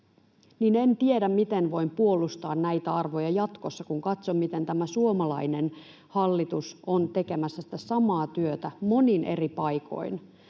en tiedä, miten voin puolustaa näitä arvoja jatkossa, kun katson, miten tämä suomalainen hallitus on tekemässä sitä samaa työtä monin eri paikoin.